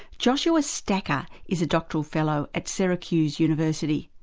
joshua stacher is a doctoral fellow at syracuse university.